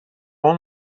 اون